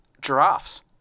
Giraffes